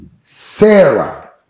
Sarah